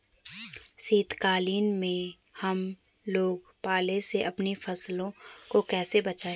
शीतकालीन में हम लोग पाले से अपनी फसलों को कैसे बचाएं?